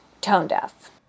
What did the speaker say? tone-deaf